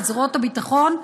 לזרועות הביטחון,